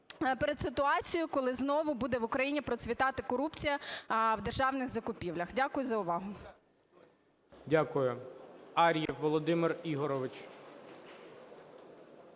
перед ситуацією, коли знову буде в Україні процвітати корупція в державних закупівлях. Дякую за увагу. ГОЛОВУЮЧИЙ. Дякую. Ар'єв Володимир Ігорович.